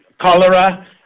cholera